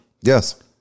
Yes